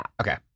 Okay